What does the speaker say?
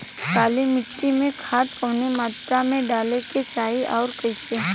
काली मिट्टी में खाद कवने मात्रा में डाले के चाही अउर कइसे?